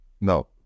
no